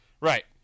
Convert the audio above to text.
Right